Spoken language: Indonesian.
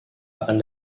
akan